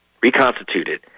reconstituted